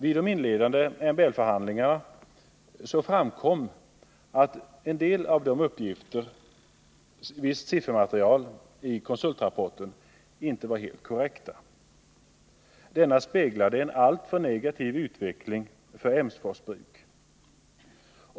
Vid de inledande MBL-förhandlingarna framkom att visst siffermaterial i konsultrapporten inte var helt korrekt. Rapporten speglade en alltför negativ utveckling för Emsfors bruk.